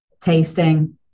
tasting